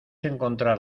encontrar